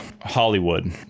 Hollywood